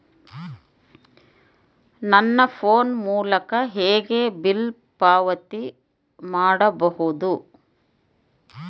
ನನ್ನ ಫೋನ್ ಮೂಲಕ ಹೇಗೆ ಬಿಲ್ ಪಾವತಿ ಮಾಡಬಹುದು?